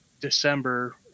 December